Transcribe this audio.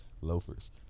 loafers